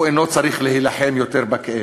הוא לא צריך להילחם יותר בכאב.